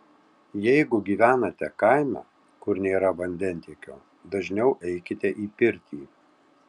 jeigu gyvenate kaime kur nėra vandentiekio dažniau eikite į pirtį